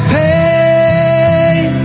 pain